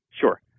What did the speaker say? Sure